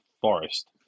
Forest